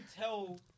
tell